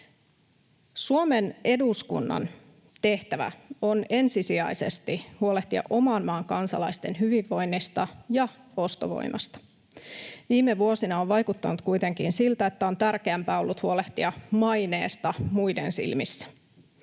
Suomen eduskunnan tehtävä on ensisijaisesti huolehtia oman maan kansalaisten hyvinvoinnista ja ostovoimasta. Viime vuosina on vaikuttanut kuitenkin siltä, että on tärkeämpää ollut huolehtia maineesta muiden silmissä.